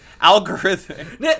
Algorithm